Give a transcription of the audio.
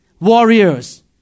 Warriors